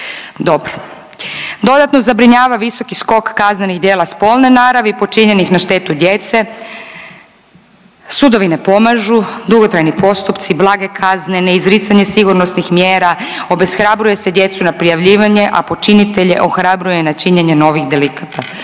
Dobro. Dodatno zabrinjava visoki skok kaznenih djela spolne naravi počinjenih na štetu djece. Sudovi ne pomažu, dugotrajni postupci, blage kazne, neizricanje sigurnosnih mjera, obeshrabruje se djecu na prijavljivanje, a počinitelje ohrabruje na činjenje novih delikata.